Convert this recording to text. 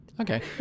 Okay